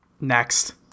Next